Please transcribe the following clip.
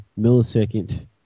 millisecond